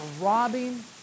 robbing